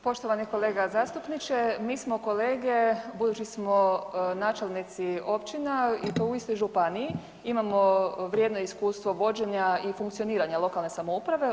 Poštovani kolega zastupniče, mi smo kolege budući smo načelnici općina i to u istoj županiji, imamo vrijedno iskustvo vođenja i funkcioniranja lokalne samouprave.